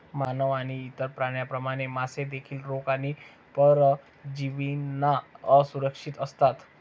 मानव आणि इतर प्राण्यांप्रमाणे, मासे देखील रोग आणि परजीवींना असुरक्षित असतात